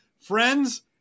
friends